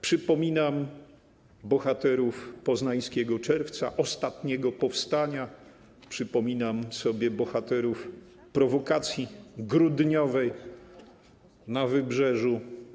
Przypominam sobie bohaterów Poznańskiego Czerwca, ostatniego powstania, przypominam sobie bohaterów prowokacji grudniowej na Wybrzeżu.